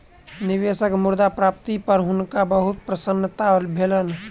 निवेशक मुद्रा प्राप्ति पर हुनका बहुत प्रसन्नता भेलैन